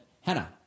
Hannah